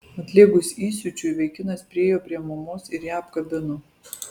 atlėgus įsiūčiui vaikinas priėjo prie mamos ir ją apkabino